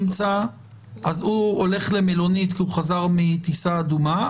אז הוא הולך למלונית כי הוא חזר מטיסה אדומה,